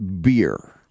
beer